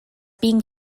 being